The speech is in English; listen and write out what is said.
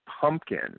pumpkin